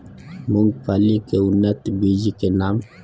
मूंगफली के उन्नत बीज के नाम?